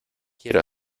quiero